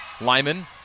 Lyman